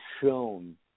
shown